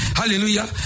hallelujah